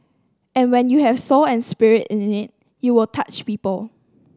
and when you have soul and spirit in it you will touch people